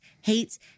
hates